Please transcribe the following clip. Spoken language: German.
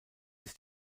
ist